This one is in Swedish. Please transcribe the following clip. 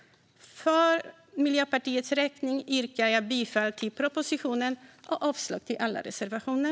För Miljöpartiets räkning yrkar jag bifall till propositionen och avslag på alla reservationer.